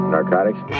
Narcotics